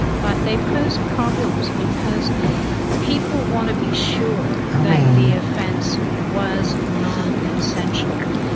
but they pose problems, because people want to be sure that the offence was non-consensual.